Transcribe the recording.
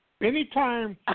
Anytime